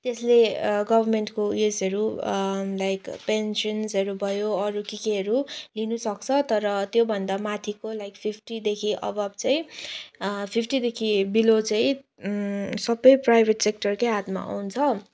त्यसले गभर्मेन्टको यसहरू लाइक पेन्सन्सहरू भयो अरू के केहरू लिनुसक्छ तर त्योभन्दा माथिको लाइक फिफ्टीदेखि अभोब चाहिँ फिफ्टीदेखि बिलो चाहिँ सबै प्राइभेट सेक्टरकै हातमा आउँछ